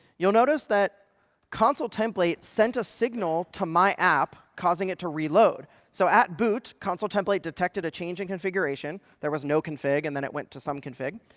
you'll notice that consul template sent a signal to my app causing it to reload. so at boot, consul template detected a change in configuration. there was no config, and then it went to some config.